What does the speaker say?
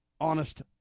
Honest